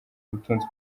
ubutunzi